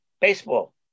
baseball